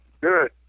Good